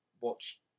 watch